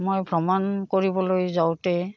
মই ভ্ৰমণ কৰিবলৈ যাওঁতে